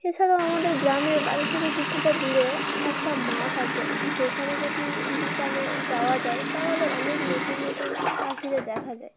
এছাড়াও আমাদের গ্রামের বাড়ি থেকে কিছুটা দূরে একটা মাঠ আছে সেখানে যদি বিকালে যাওয়া যায় তাহলে অনেক নতুন নতুন পাখিদের দেখা যায়